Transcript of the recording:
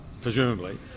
presumably